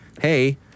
hey